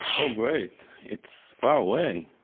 oh great! it's far away!